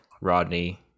Rodney